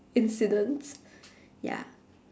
incident ya